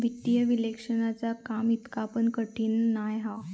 वित्तीय विश्लेषणाचा काम इतका पण कठीण नाय हा